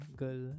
girl